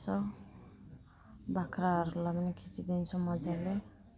यसो बाख्राहरूलाई पनि खिचिदिन्छु मजाले